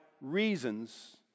reasons